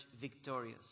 victorious